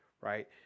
Right